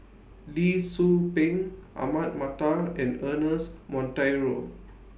Lee Tzu Pheng Ahmad Mattar and Ernest Monteiro